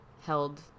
held